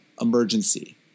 emergency